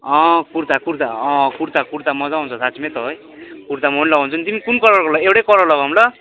अँ कुर्ता कुर्ता अँ कुर्ता कुर्ता मज्जा आउँछ साँच्चीमै त है कुर्ता म पनि लगाउँछु नि तिमी कुन कलरको लगाउने एउटै कलर लगाउँ ल